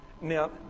Now